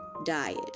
diet